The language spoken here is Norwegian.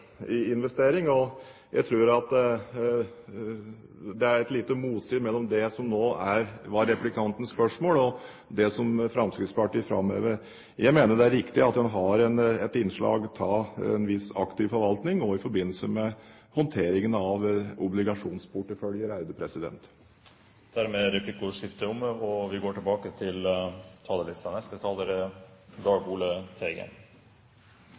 investering. Jeg tror at det er litt motstrid mellom det som nå var replikantens spørsmål, og det som Fremskrittspartiet framhever. Jeg mener det er riktig at en har et innslag av en viss aktiv forvalting også i forbindelse med håndteringen av